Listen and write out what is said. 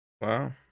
Wow